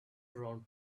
round